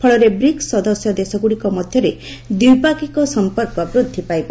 ଫଳରେ ବ୍ରିକ୍ସ ସଦସ୍ୟ ଦେଶଗୁଡ଼ିକ ମଧ୍ୟରେ ଦ୍ୱିପାକ୍ଷିକ ସମ୍ପର୍କ ବୃଦ୍ଧି ପାଇବ